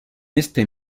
este